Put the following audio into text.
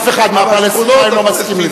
אף אחד מהפלסטינים, הם לא מסכימים.